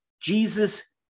Jesus